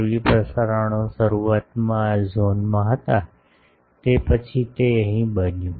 TV પ્રસારણો શરૂઆતમાં આ ઝોનમાં હતા તે પછી તે અહીં બન્યું